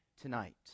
Tonight